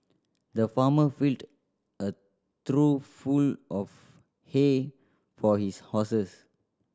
the farmer filled a trough full of hay for his horses